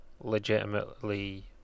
legitimately